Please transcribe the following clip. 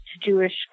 Jewish